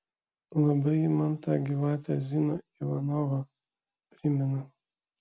labai ji man tą gyvatę ziną ivanovą primena